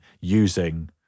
using